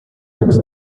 wuchs